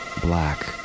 black